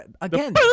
Again